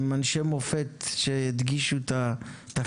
הם אנשי מופת שהדגישו את החסד.